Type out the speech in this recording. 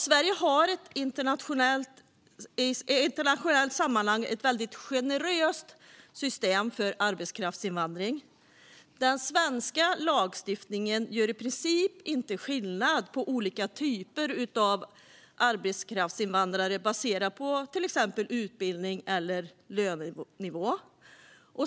Sverige har ett i ett internationellt sammanhang väldigt generöst system för arbetskraftsinvandring. Den svenska lagstiftningen gör i princip inte skillnad på olika typer av arbetskraftsinvandrare baserat på till exempel utbildnings eller lönenivå.